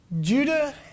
Judah